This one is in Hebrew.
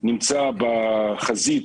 נמצא בחזית